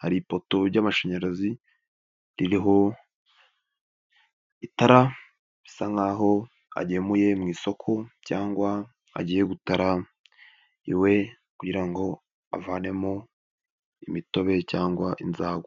hari ipoto y'amashanyarazi, ririho, itara, bisa nk'aho agemuye mu isoko cyangwa agiye gutara, iwe kugira ngo avanemo, imitobe cyangwa inzagwa.